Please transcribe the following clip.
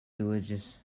religious